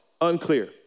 unclear